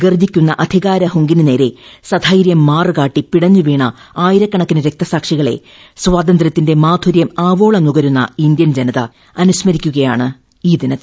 ഗർജ്ജിക്കുന്ന അധികാര ഹുങ്കിന് നേരെ സധൈരൃം മാറ് കാട്ടി പിടഞ്ഞുവീണ ആയിരക്കണക്കിന് രക്തസാക്ഷികളെ സ്വാതന്ത്ര്യത്തിന്റെ മാധുര്യം ആവോളം നുകരുന്ന ഇന്ത്യൻ ജനത അനുസ്മരിക്കുകയാണ് ഈ ദിനത്തിൽ